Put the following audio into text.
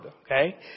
Okay